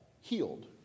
healed